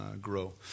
grow